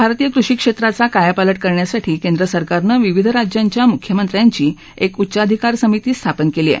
भारतीय कृषी क्षेत्राचा कायापालट करण्यासाठी केंद्र सरकारनं विविध राज्यांच्या मुख्यमंत्र्यांची एक उच्चाधिकार समिती स्थापन केली आहे